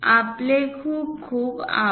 आपले खूप खूप आभार